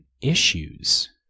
issues